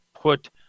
put